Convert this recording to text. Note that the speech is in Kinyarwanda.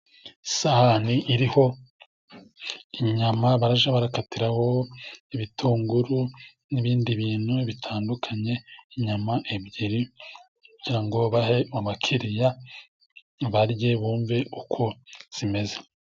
Isahani iriho inyama, barajya barakatiraraho ibitunguru, n'ibindi bintu bitandukanye, inyama ebyiri, kugira ngo bahe abakiriya barye bumve uko zimeze.